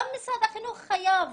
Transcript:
גם משרד החינוך חייב